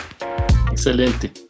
Excelente